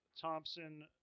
Thompson